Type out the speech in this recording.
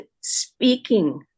speaking